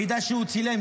המידע שהוא צילם,